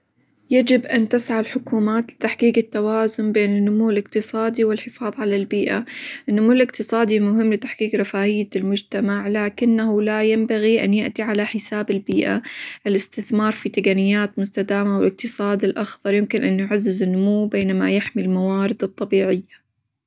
يجب أن تسعى الحكومات لتحقيق التوازن بين النمو الإقتصادي، والحفاظ على البيئة، النمو الإقتصادي مهم؛ لتحقيق رفاهية المجتمع، لكنه لا ينبغي أن يأتي على حساب البيئة، الاستثمار في تقنيات مستدامة، والإقتصاد الأخظر يمكن أن يعزز النمو، بينما يحمي الموارد الطبيعية.